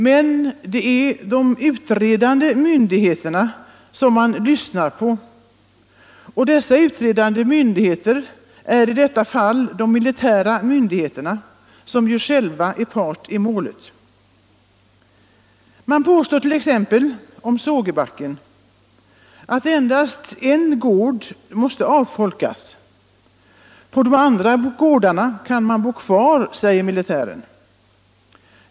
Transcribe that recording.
Men, det är de utredande myndigheterna man lyssnar på — det är i detta fall de militära myndigheterna som ju själva är part i målet. Det påstås t.ex. om Sågebacken att endast en gård måste avfolkas. På de andra gårdarna kan man bo kvar, säger militären.